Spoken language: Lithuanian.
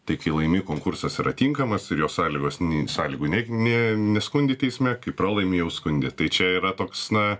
tik jei laimi konkursas yra tinkamas ir jo sąlygos n sąlygų ne nė neskundė teisme kai pralaimi jau skundi tai čia yra toks na